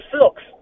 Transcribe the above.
silks